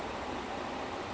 it's